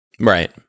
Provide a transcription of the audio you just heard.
Right